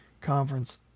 conference